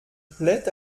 plait